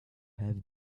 have